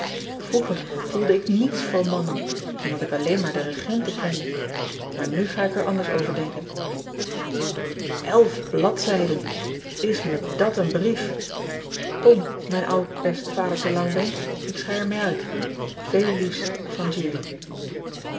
roeger voelde ik niets voor ean ebster adertje angbeen mannen omdat ik alleen maar de regenten kende maar nu ga ik er anders over denken lf bladzijden s me dat een brief om mijn oud best adertje angbeen ik schei er mee uit eel liefs van udy